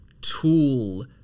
tool